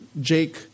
Jake